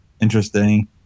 interesting